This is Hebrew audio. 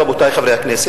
רבותי חברי הכנסת,